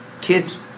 kids